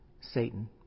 Satan